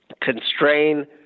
constrain